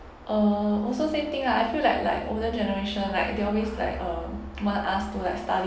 uh also same thing lah I feel like like older generation like they always like uh want us to like study